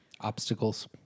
Obstacles